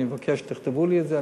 אני מבקש שתכתבו לי את זה,